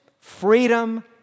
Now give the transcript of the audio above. freedom